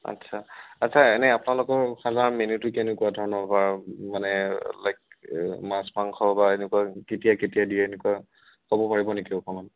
আচ্ছা আচ্ছা এনে আপোনালোকৰ খানাৰ মেন্যুটো কেনেকুৱাধৰণৰ বা মানে লাইক মাছ মাংস বা এনেকুৱা কেতিয়া কেতিয়া দিয়ে এনেকুৱা ক'ব পাৰিব নেকি অকণমান